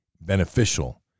beneficial